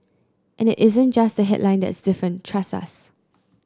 and it isn't just the headline that's different trust us